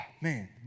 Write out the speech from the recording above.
man